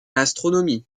l’astronomie